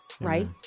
Right